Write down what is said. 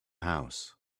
house